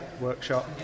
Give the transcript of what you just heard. workshop